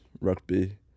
rugby